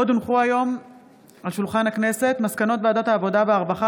עוד הונחו היום על שולחן הכנסת מסקנות ועדת העבודה והרווחה